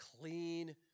clean